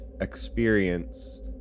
experience